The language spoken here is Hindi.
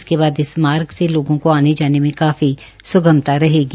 इसके बाद इस मार्ग से लोगों को आने जाने में काफी सुगमता रहेगी